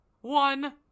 One